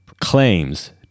claims